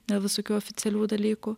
dėl visokių oficialių dalykų